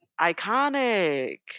Iconic